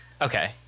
Okay